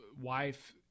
wife